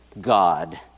God